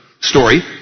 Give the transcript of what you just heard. story